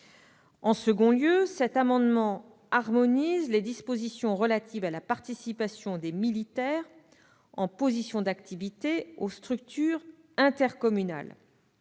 En outre, cet amendement tend à harmoniser les dispositions relatives à la participation des militaires en position d'activité aux structures intercommunales,